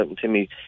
Timmy